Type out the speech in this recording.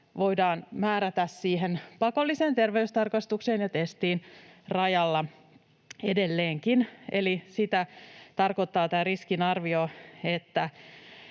voidaan määrätä pakolliseen terveystarkastukseen ja testiin rajalla edelleenkin. Eli sitä tarkoittaa tämä riskinarvio,